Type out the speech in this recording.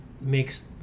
makes